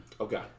Okay